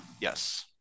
Yes